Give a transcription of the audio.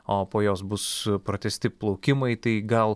o po jos bus pratęsti plaukimai tai gal